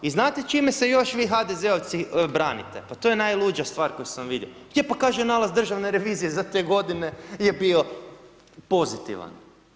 I znate čime se još vi HDZ-ovci branite, pa to je najluđa stvar koju sam vidio, je pa kaže nalaz državne revizije za te godine je bio pozitivan.